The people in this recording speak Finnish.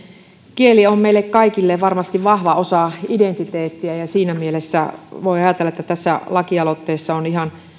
kieli on varmasti meille kaikille vahva osa identiteettiä ja siinä mielessä voi ajatella että tässä lakialoitteessa on